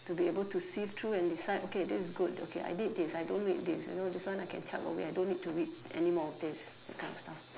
to be able to sift through and decide okay this is good okay I read this I don't read this you know this one I can chuck away I don't need to read anymore of this that kind of stuff